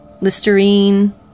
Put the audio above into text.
Listerine